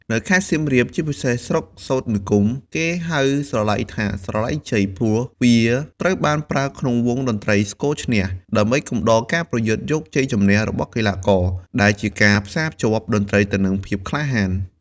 នៅខេត្តសៀមរាប ជាពិសេសស្រុកសូត្រនិគម គេហៅស្រឡៃថា «ស្រឡៃជ័យ» ព្រោះវាត្រូវបានប្រើក្នុងវង់តន្ត្រីស្គរឈ្នះ ដើម្បីកំដរការប្រយុទ្ធយកជ័យជំនះរបស់កីឡាករ ដែលជាការផ្សារភ្ជាប់តន្ត្រីទៅនឹងភាពក្លាហាន។